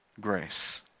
grace